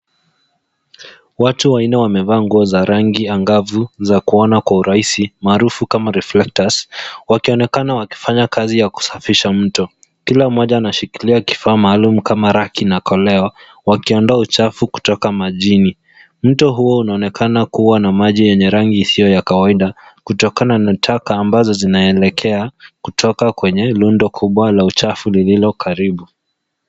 Watu wanne wamevaa nguo za rangi angavu za kuona kwa urahisi, maarufu kama reflectors , wakionekana wakifanya kazi ya kusafisha mto. Kila mmoja anashikilia kifaa maalum kama raki na koleo, wakiondoa uchafu kutoka majini. Mto huo unaonekana kuwa na maji yenye rangi isiyo ya kawaida, kutokana na taka ambazo zinaelekea kutoka kwenye rundo kubwa la uchafu lililo karibu.